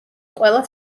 ყველა